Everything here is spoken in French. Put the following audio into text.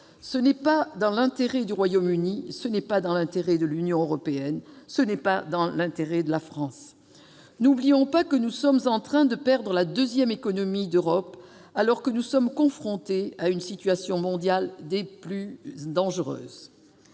ce n'est pas dans l'intérêt du Royaume-Uni, ce n'est pas dans l'intérêt de l'Union européenne, ce n'est pas dans l'intérêt de la France. N'oublions pas que nous sommes en train de perdre la deuxième économie d'Europe, alors que nous sommes confrontés à une situation mondiale des plus dangereuses.